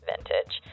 Vintage